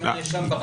אם הנאשם ברח.